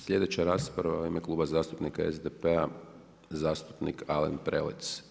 Sljedeća rasprava u ime Kluba zastupnika SDP-a zastupnik Alen Prelec.